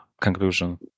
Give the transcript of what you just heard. conclusion